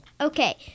Okay